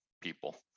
people